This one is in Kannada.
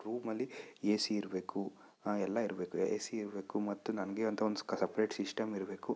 ರೂಮಲ್ಲಿ ಎ ಸಿ ಇರಬೇಕು ಎಲ್ಲ ಇರಬೇಕು ಎ ಸಿ ಇರಬೇಕು ಮತ್ತು ನನಗೆ ಅಂತ ಒಂದು ಸಪ್ರೇಟ್ ಶಿಶ್ಟಮ್ ಇರಬೇಕು